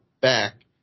back